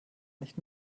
nicht